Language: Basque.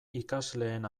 ikasleen